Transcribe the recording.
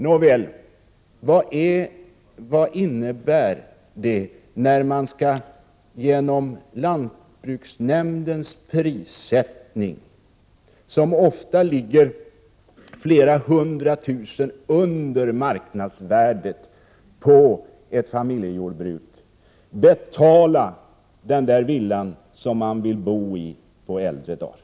Nåväl: Vad innebär det när man efter lantbruksnämndens prissättning, som ofta ligger flera hundra tusen under marknadsvärdet på ett familjejordbruk, skall betala den villa som man vill bo i på äldre dagar?